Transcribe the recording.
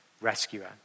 rescuer